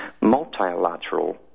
multilateral